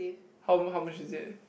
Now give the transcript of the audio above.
how m~ how much is it